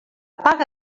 paga